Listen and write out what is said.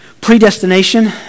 predestination